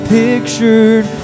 pictured